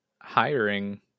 hiring